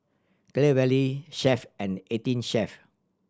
Clear Valley Chef and Eighteen Chef